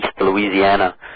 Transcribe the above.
Louisiana